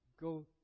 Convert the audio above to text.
go